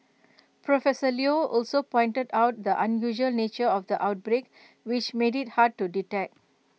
professor Leo also pointed out the unusual nature of the outbreak which made IT hard to detect